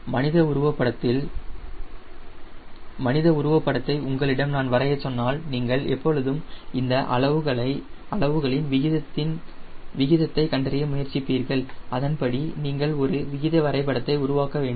மனித உருவத்தில் படத்தை உங்களிடம் நான் வரையச் சொன்னால் நீங்கள் எப்பொழுதும் இந்த அளவுகளின் விகிதத்தை கண்டறிய முயற்சிப்பீர்கள் அதன்படி நீங்கள் ஒரு விகித வரைபடத்தை உருவாக்க வேண்டும்